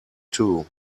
two